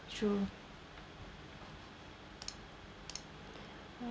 true